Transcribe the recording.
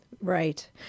Right